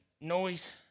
noise